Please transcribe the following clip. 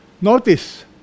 Notice